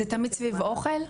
זה תמיד סביב אוכל?